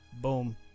boom